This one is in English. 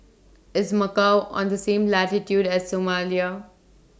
IS Macau on The same latitude as Somalia